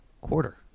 quarter